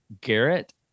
Garrett